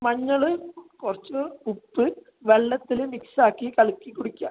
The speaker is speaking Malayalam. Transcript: മഞ്ഞൾ കുറച്ച് ഉപ്പ് വെള്ളത്തിൽ മിക്സാക്കി കലക്കി കുടിക്കുക